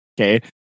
Okay